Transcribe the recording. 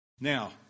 Now